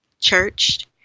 Church